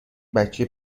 بچه